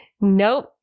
Nope